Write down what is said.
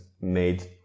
made